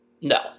No